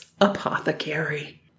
apothecary